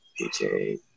PJ –